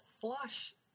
flush